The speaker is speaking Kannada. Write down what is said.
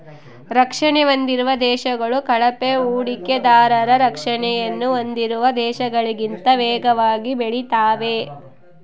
ರಕ್ಷಣೆ ಹೊಂದಿರುವ ದೇಶಗಳು ಕಳಪೆ ಹೂಡಿಕೆದಾರರ ರಕ್ಷಣೆಯನ್ನು ಹೊಂದಿರುವ ದೇಶಗಳಿಗಿಂತ ವೇಗವಾಗಿ ಬೆಳೆತಾವೆ